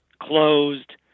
closed